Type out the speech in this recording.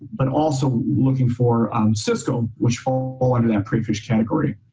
but also looking for cisco which fall fall under that prey fish category.